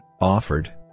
offered